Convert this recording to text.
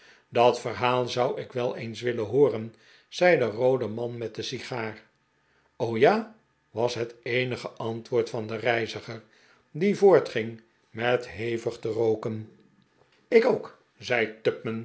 dat verhaal zou ik wel eens willen hooren zei de roode man met de sigaar ja was het eenige antwoord van den reiziger die voortging met hevig te rook en ik ook zei